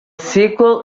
sequel